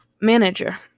manager